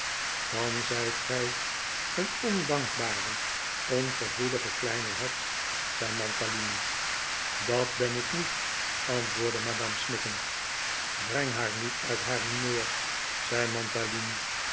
dan zij t gij een ondankbare ongevoelige kleine heks zei mantalini dat ben ik niet antwoordde madame snikkend breng haar niet uit haar humeur zei